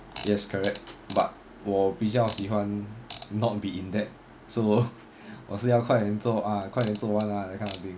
yes correct but 我比较喜欢 not be in debt so 我是要快点做完 ah 快点做完 ah that kind of thing